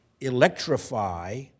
electrify